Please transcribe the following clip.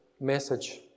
message